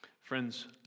Friends